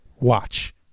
watch